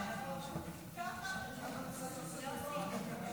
חבל שהפרעת לו.